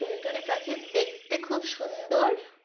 টুনিটুনি পাখি দেখতে খুব সুন্দর